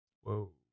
Whoa